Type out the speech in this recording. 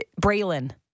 Braylon